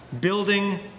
building